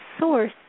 source